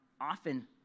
often